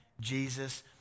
Jesus